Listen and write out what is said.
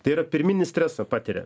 tai yra pirminį stresą patiria